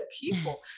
people